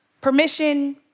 Permission